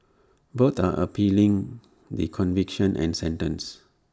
both are appealing the conviction and sentence